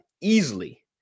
easily